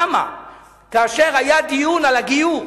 למה כאשר היה דיון על הגיור,